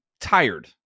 tired